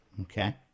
Okay